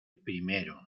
primero